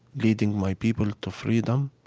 leading my people to freedom?